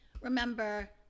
remember